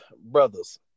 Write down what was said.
brothers